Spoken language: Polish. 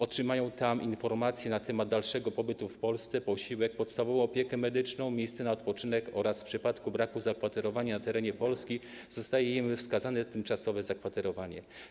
Otrzymają tam informacje na temat dalszego pobytu w Polsce, posiłek, podstawową opiekę medyczną, miejsce na odpoczynek oraz w przypadku braku zakwaterowania na terenie Polski zostaje im wskazane tymczasowe zakwaterowanie.